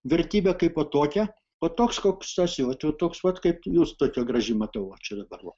vertybė kaipo tokia o toks koks aš jau vat toks pat kaip jūs tokia graži matau va čia dabar va